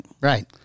Right